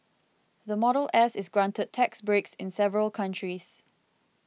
the Model S is granted tax breaks in several countries